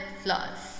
flaws